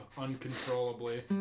uncontrollably